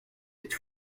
êtes